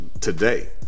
today